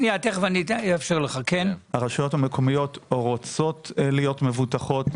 הרשויות המקומיות רוצות להיות מבוטחות,